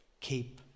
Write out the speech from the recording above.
Keep